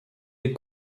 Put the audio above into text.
des